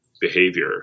behavior